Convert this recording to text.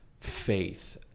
faith